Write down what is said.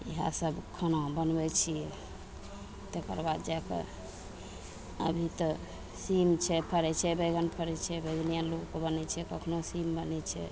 इएह सब खाना बनबय छियै तकरबाद जाकऽ अभी तऽ सीम छै फरय छै बैगन फरय छै बैगने अल्लूके बनय छै कखनो सीम बनय छै